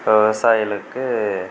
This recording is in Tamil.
இப்போ விவசாயிகளுக்கு